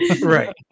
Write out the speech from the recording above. Right